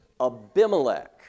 Abimelech